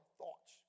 thoughts